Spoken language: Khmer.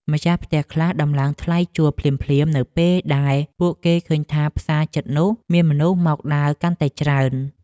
ម្ចាស់ផ្ទះខ្លះដំឡើងថ្លៃជួលភ្លាមៗនៅពេលដែលពួកគេឃើញថាផ្សារជិតនោះមានមនុស្សមកដើរកាន់តែច្រើន។